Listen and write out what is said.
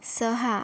सहा